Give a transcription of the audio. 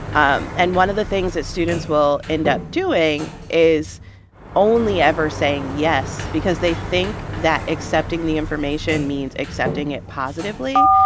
um and one of the things that students will end up doing is only ever saying yes because they think that accepting the information means accepting it positively.